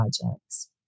projects